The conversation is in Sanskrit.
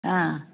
हा